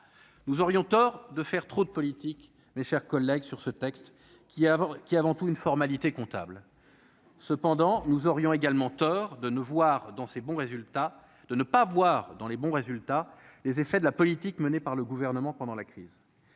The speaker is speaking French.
nous aurions tort de faire trop de politique, mes chers collègues sur ce texte qui a qui avant tout une formalité comptable cependant nous aurions également tort de nous voir dans ces bons résultats, de ne pas voir dans les bons résultats, les effets de la politique menée par le gouvernement pendant la crise,